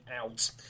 out